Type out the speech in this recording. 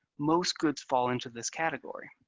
most goods fall into this category.